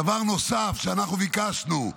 דבר נוסף שאנחנו ביקשנו,